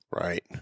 right